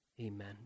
amen